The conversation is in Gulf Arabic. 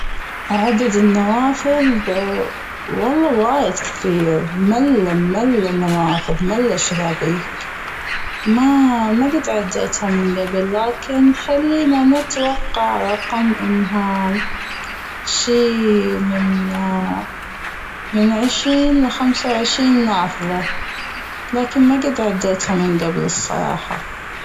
عدد النوافذ والله وايد كثير ملا ملا النوافذ ملا الشبابيك ما ما جد عديتها من قبل لكن خلينا نتوقع رقم أنها شي من عشرين لخمس وعشرين نافذة لكن ماجد عديتها من جبل الصراحة.